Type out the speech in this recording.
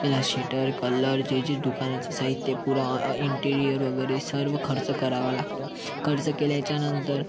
त्याला shutter colour जे जे दुकानाचं साहित्य पुरा इंटिरीअर वगैरे सर्व खर्च करावा लागतो खर्च केल्याच्यानंतर